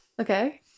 Okay